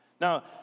Now